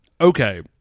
Okay